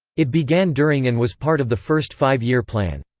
it began during and was part of the first five-year plan.